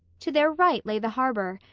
to their right lay the harbor,